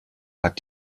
hat